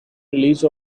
release